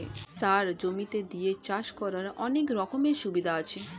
সার জমিতে দিয়ে চাষ করার অনেক রকমের সুবিধা আছে